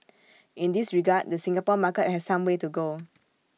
in this regard the Singapore market has some way to go